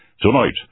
Tonight